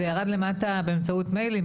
זה ירד למטה באמצעות מיילים,